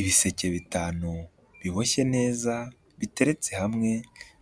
Ibiseke bitanu biboshye neza biteretse hamwe